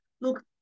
look